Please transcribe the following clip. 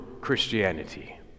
Christianity